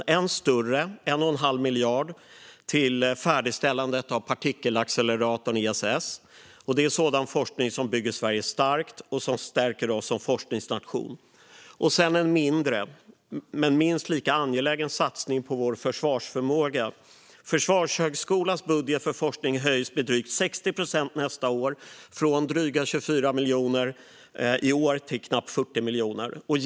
Först vill jag lyfta fram en större på 1 1⁄2 miljard till färdigställandet av partikelacceleratorn ESS. Det är sådan forskning som bygger Sverige starkt och stärker oss som forskningsnation. Sedan vill jag lyfta fram en mindre men minst lika angelägen satsning på vår försvarsförmåga. Försvarshögskolans budget för forskning höjs med drygt 60 procent från drygt 24 miljoner i år till knappt 40 miljoner nästa år.